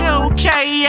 okay